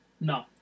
No